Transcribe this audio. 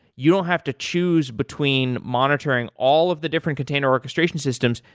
you don't have to choose between monitoring all of the different container orchestration systems.